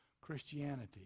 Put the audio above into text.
Christianity